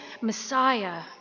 Messiah